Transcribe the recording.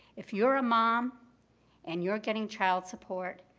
if you're a mom and you're getting child support,